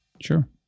Sure